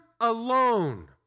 alone